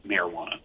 marijuana